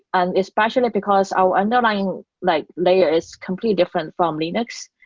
and especially because our underlying like layer is completely different from linux.